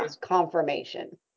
confirmation